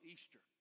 Easter